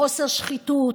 בחוסר שחיתות?